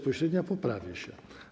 Poprawię się.